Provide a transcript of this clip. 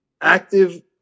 active